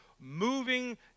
moving